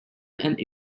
and